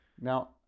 Now